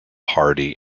hardy